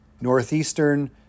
northeastern